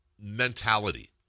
mentality